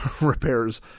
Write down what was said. repairs